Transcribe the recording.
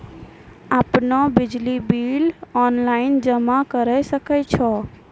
आपनौ बिजली bill online जमा करै सकै छौ?